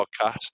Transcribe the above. podcast